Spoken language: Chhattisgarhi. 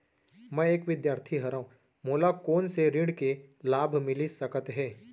मैं एक विद्यार्थी हरव, मोला कोन से ऋण के लाभ मिलिस सकत हे?